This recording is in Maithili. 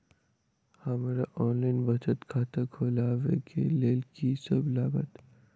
हमरा ऑफलाइन बचत खाता खोलाबै केँ लेल की सब लागत?